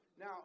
Now